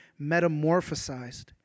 metamorphosized